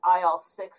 il-6